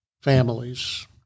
families